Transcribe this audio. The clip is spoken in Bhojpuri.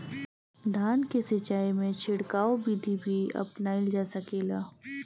धान के सिचाई में छिड़काव बिधि भी अपनाइल जा सकेला?